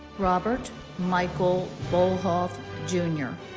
robert michael bolhoff jr.